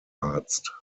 arzt